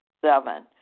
Seven